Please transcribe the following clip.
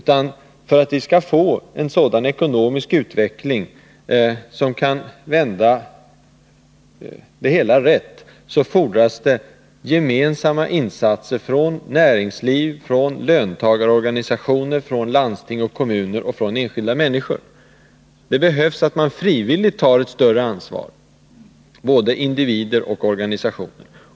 Nej, för att vi skall få en ekonomisk utveckling som kan vända det hela rätt fordras det gemensamma insatser från näringslivet, från löntagarorganisationer, från landsting och kommuner och från enskilda människor. Det behövs att man frivilligt tar ett större ansvar — både individer och organisationer.